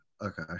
Okay